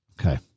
Okay